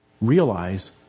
realize